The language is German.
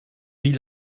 wie